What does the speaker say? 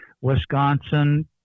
Wisconsin